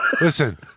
Listen